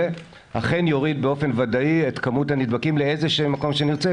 אכן יוריד באופן ודאי את כמות הנדבקים לאיזה מקום שנרצה,